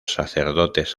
sacerdotes